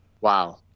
wow